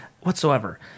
whatsoever